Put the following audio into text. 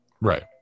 Right